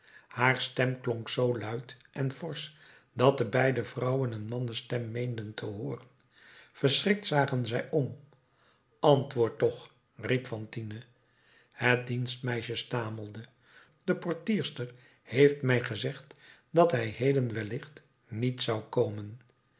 haar stem klonk zoo luid en forsch dat de beide vrouwen een mannenstem meenden te hooren verschrikt zagen zij om antwoord toch riep fantine het dienstmeisje stamelde de portierster heeft mij gezegd dat hij heden wellicht niet zou komen